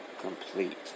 complete